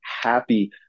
happy